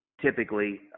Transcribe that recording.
typically